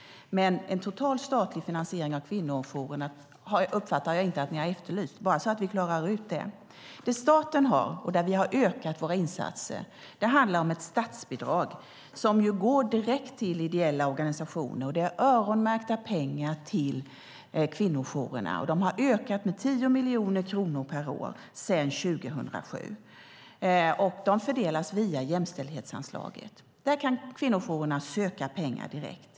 Men en total statlig finansiering av kvinnojourerna uppfattar jag inte att ni har efterlyst, bara så att vi klarar ut det. Det staten bidrar med, där vi har ökat våra insatser, handlar om ett statsbidrag som går direkt till ideella organisationer. Det är öronmärkta pengar till kvinnojourerna. De har ökat med 10 miljoner kronor per år sedan 2007. De fördelas via jämställdhetsanslaget. Där kan kvinnojourerna söka pengar direkt.